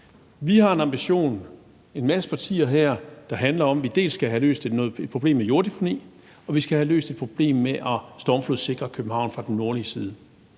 har en ambition, der handler om, at vi dels skal have løst et problem med jorddeponi, dels skal have løst et problem med at stormflodssikre København fra den nordlige side.